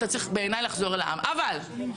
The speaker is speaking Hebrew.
אתה צריך בעיניי לחזור לעם אל העם.